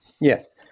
Yes